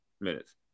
minutes